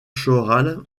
choral